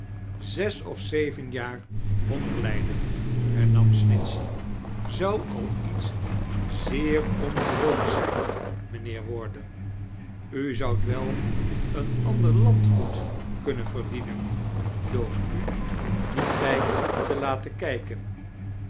zes of zeven jaar hongerlijden hennam snitehey zcw al iets zeer ongewoons zijn mijnheer warden u zoudt wel een ander landgoed kuwnen verdienen door u in dien tijd te laten kijken